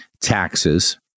taxes